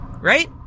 Right